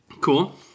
Cool